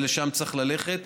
ולשם צריך ללכת.